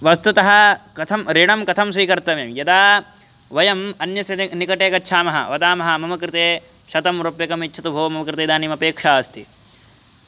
वस्तुतः कथम् ऋणं कथं स्वीकर्तव्यं यदा वयम् अन्यस्य नि निकटे गच्छामः वदामः मम कृते शतं रूप्यकम् यच्छतु भोः मम कृते इदानीम् अपेक्षा अस्ति